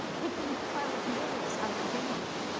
he'd been twelve years out of england.